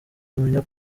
kumenya